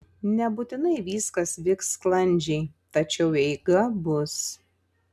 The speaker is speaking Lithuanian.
nebūtinai viskas vyks sklandžiai tačiau eiga bus